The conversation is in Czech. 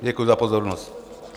Děkuji za pozornost.